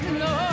no